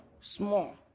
small